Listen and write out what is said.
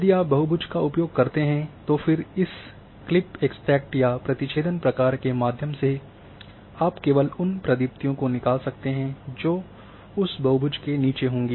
यदि आप बहुभुज का उपयोग करते हैं और फिर इस क्लिप एक्सट्रैक्ट या प्रतिछेदन प्रकार्य के माध्यम से आप केवल उन प्रदीप्तियों को निकाल सकते हैं जो उस बहुभुज से नीचे होंगी